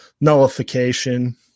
nullification